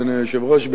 אדוני היושב-ראש,